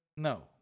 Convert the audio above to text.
No